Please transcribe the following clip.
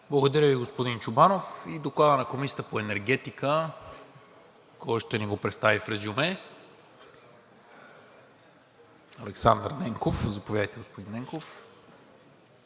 Благодаря Ви, господин Чобанов. И Докладът на Комисията по енергетика – кой ще ни го представи в резюме? Александър Ненков. Заповядайте, господин Ненков.